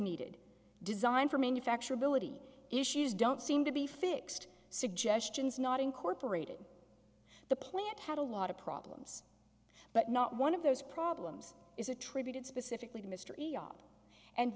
needed design for manufacturability issues don't seem to be fixed suggestions not incorporated the plant had a lot of problems but not one of those problems is attributed specifically to mystery op and